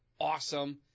awesome